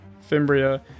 Fimbria